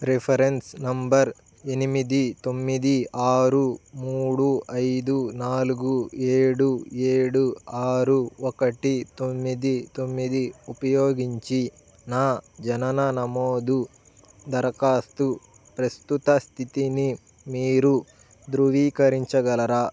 reference number ఎనిమిది తొమ్మిది ఆరు మూడు ఐదు నాలుగు ఏడు ఏడు ఆరు ఒకటి తొమ్మిది తొమ్మిది ఉపయోగించి నా జనన నమోదు దరఖాస్తు ప్రస్తుత స్థితిని మీరు ధృవీకరించగలరా